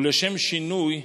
ולשם שינוי,